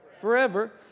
Forever